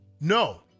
No